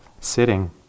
sitting